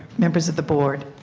members of the board,